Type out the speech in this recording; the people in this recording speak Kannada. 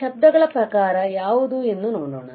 ಆದ್ದರಿಂದ ಶಬ್ದಗಳ ಪ್ರಕಾರ ಯಾವುದು ಎಂದು ನೋಡೋಣ